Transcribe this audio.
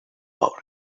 poble